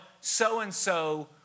So-and-so